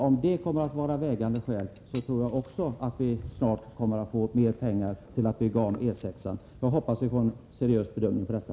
Om detta är vägande skäl tror jag också att vi snart kommer att få mer pengar för att bygga om E 6-an. Jag hoppas vi får en seriös bedömning av detta.